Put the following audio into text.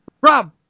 Rob